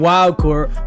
Wildcore